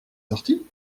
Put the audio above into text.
sorti